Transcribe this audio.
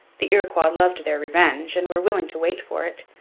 the iroquois loved their revenge and were willing to wait for it,